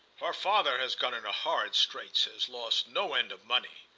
her father has got into horrid straits has lost no end of money.